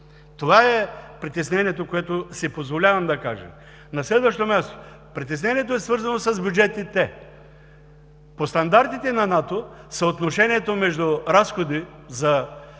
Това е притеснението, което си позволявам да кажа. На следващо място, притеснението е свързано с бюджетите. По стандартите на НАТО съотношението между разходи за